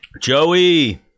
Joey